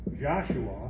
Joshua